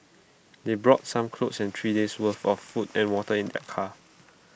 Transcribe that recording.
they brought some clothes and three days' worth of food and water in their car